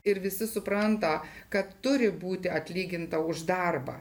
ir visi supranta kad turi būti atlyginta už darbą